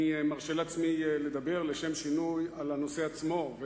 אני מרשה לעצמי לדבר לשם שינוי על הנושא עצמו,